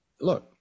look